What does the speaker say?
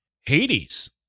Hades